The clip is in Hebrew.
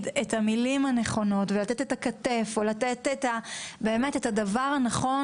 את המילים הנכונות ולתת את הכתף ולתת את הדבר הנכון